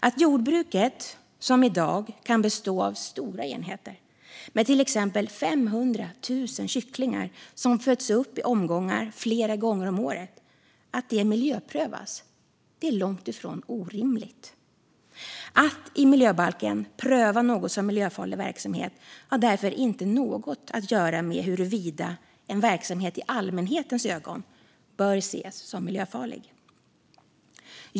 Att jordbruket - som i dag kan bestå av stora enheter där till exempel 500 000 kycklingar föds upp i omgångar, flera gånger om året - miljöprövas är långt ifrån orimligt. Att enligt miljöbalken pröva något som miljöfarlig verksamhet har därför inte något att göra med huruvida en verksamhet i allmänhetens ögon bör ses som miljöfarlig.